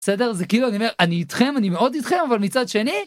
בסדר זה כאילו אני אומר אני איתכם אני מאוד איתכם אבל מצד שני.